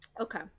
Okay